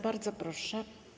Bardzo proszę.